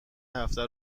هفته